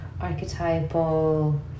archetypal